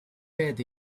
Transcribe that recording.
bed